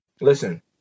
Listen